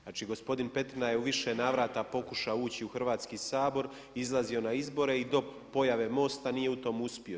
Znači gospodin Petrina je u više navrata pokušao ući u Hrvatski sabor, izlazio na izbore i do pojave MOST-a nije u tome uspio.